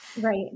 Right